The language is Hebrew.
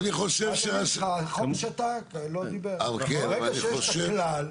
אבל אני חושב --- ברגע שיש את הכלל,